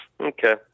Okay